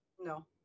No